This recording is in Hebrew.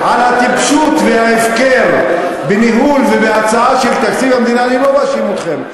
בטיפשות וההפקר בניהול ובהצעה של תקציב המדינה אני לא מאשים אתכם.